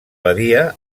badia